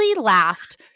laughed